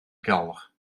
kelder